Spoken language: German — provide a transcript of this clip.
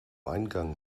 eingang